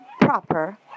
proper